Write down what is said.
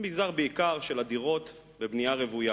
זה בעיקר מגזר של הדירות בבנייה רוויה.